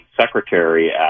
secretary